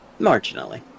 Marginally